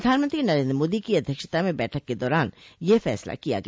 प्रधानमंत्री नरेंद्र मोदी की अध्यक्षता में बैठक के दौरान यह फैसला किया गया